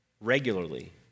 regularly